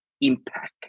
impact